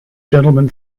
gentleman